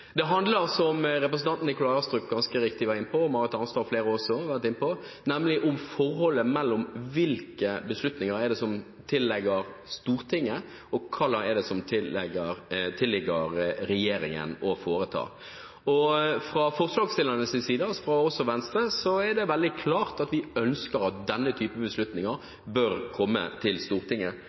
Det handler altså om det som representanten Nikolai Astrup ganske riktig var inne på, og som representanten Marit Arnstad med flere har vært inne på, nemlig om forholdet mellom hvilke beslutninger som det tilligger Stortinget, og hvilke som det tilligger regjeringen, å foreta. Fra forslagsstillernes side, fra Venstre og oss, er det veldig klart at vi ønsker at denne type beslutninger bør komme til Stortinget